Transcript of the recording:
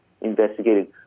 investigated